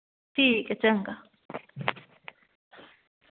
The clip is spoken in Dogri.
ठीक ऐ चंगा